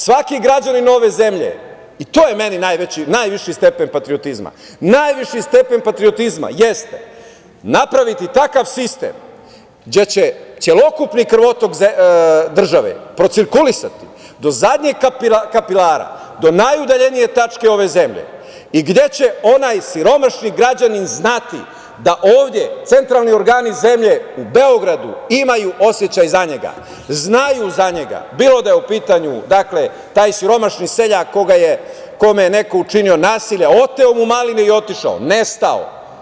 Svaki građanin ove zemlje, i to je meni najviši stepen patriotizma, napraviti takav sistem gde će celokupni protok države procirkulisati do zadnjeg kapitala, do najudaljenije tačke ove zemlje i gde će onaj siromašni građanin znati da ovde centralni organi zemlje u Beogradu imaju osećaj za njega, znaju za njega, bilo da je u pitanju taj siromašni seljak kome je neko učinio nasilje, oteo mu maline i otišao, nestao.